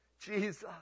Jesus